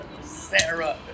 Sarah